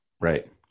Right